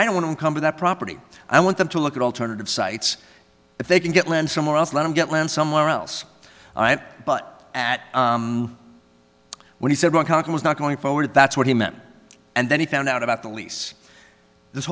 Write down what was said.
i don't want to encumber that property i want them to look at alternative sites if they can get land somewhere else let them get land somewhere else but at when he said walking was not going forward that's what he meant and then he found out about the lease th